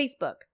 Facebook